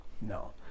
No